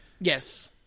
Yes